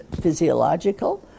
physiological